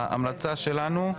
ההמלצה שלנו: